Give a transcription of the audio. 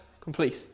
complete